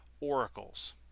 oracles